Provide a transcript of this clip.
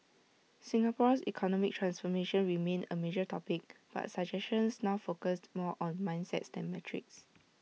Singapore's economic transformation remained A major topic but suggestions now focused more on mindsets than metrics